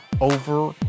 over